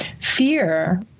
Fear